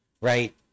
right